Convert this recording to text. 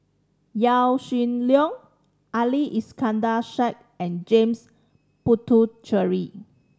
Yaw Shin Leong Ali Iskandar Shah and James Puthucheary